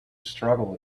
struggle